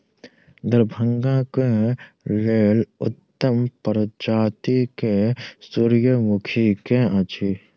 दरभंगा केँ लेल उत्तम प्रजाति केँ सूर्यमुखी केँ अछि?